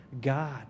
God